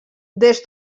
des